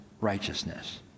righteousness